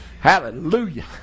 Hallelujah